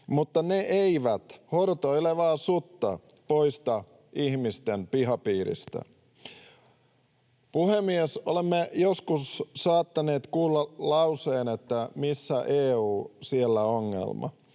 mutta ne eivät hortoilevaa sutta poista ihmisten pihapiiristä. Puhemies! Olemme joskus saattaneet kuulla lauseen, että ”missä EU, siellä ongelma”.